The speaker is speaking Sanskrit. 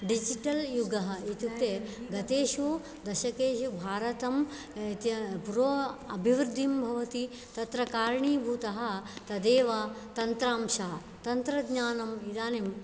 डिजिटल् युगः इत्युक्ते गतेषु दशकेषु भारतम् प्रो अभिवृद्धिं भवति तत्र कारणीभूतः तदेव तन्त्रांशः तन्त्रज्ञानम् इदानीं